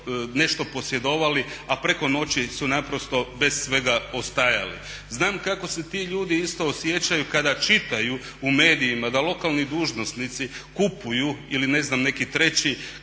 nešto posjedovali a preko noći su naprosto bez svega ostajali. Znam kako se ti ljudi isto osjećaju kada čitaju u medijima da lokalni dužnosnici kupuju ili ne znam neki treći